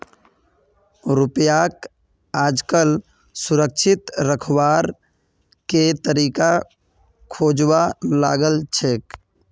रुपयाक आजकल सुरक्षित रखवार के तरीका खोजवा लागल छेक